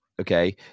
okay